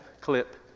clip